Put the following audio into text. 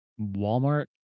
Walmart